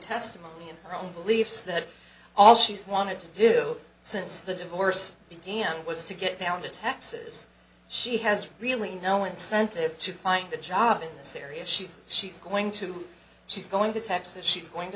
testimony and her own beliefs that all she's wanted to do since the divorce began was to get down to texas she has really no incentive to find a job in this area she says she's going to she's going to texas she's going to